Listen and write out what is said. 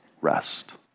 rest